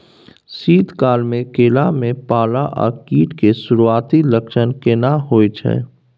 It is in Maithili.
शीत काल में केला में पाला आ कीट के सुरूआती लक्षण केना हौय छै?